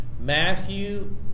matthew